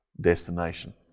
destination